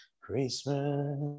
Christmas